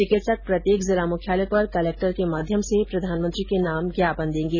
चिकित्सक प्रत्येक जिला मुख्यालय पर कलेक्टर के माध्यम से प्रधानमंत्री के नाम ज्ञापन देंगे